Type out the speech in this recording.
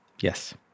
Yes